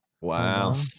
Wow